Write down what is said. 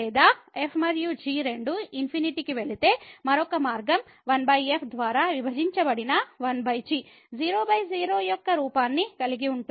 లేదా f మరియు g రెండూ ∞ కి వెళితే మరొక మార్గం 1f ద్వారా విభజించబడిన 1g 00 యొక్క రూపాన్ని కలిగి ఉంటుంది